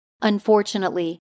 Unfortunately